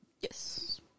Yes